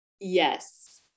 Yes